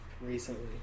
recently